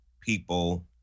people